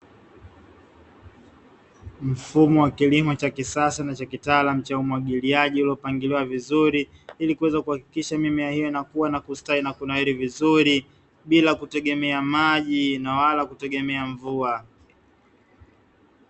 Mfumo wa kilimo cha kisasa na cha kitalaamu cha umwagiliaji ulipangiliwa vizuri ,ili kuweza kuhakikisha mimea hiyo inakua na kustawi na kunawiri vizuri, bila kutegemea maji na wala kutegemea mvua.